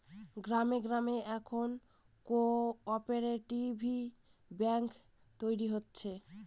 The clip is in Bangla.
গ্রামে গ্রামে এখন কোঅপ্যারেটিভ ব্যাঙ্ক তৈরী হচ্ছে